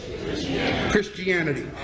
Christianity